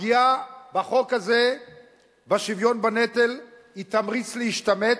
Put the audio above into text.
הפגיעה בחוק הזה בשוויון בנטל היא תמריץ להשתמט,